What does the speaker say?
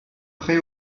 pré